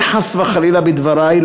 אין חס וחלילה בדברי,